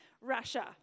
Russia